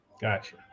Gotcha